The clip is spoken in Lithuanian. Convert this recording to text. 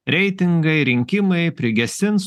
reitingai rinkimai prigesins